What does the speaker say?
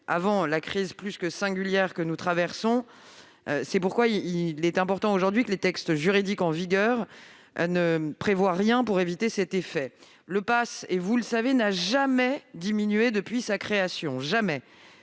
avant la crise très singulière que nous traversons. C'est pourquoi il est important aujourd'hui que les textes juridiques en vigueur ne prévoient rien pour éviter cet effet. Le montant du PASS, vous le savez, n'a jamais diminué depuis sa création. Jamais